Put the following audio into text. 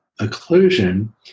occlusion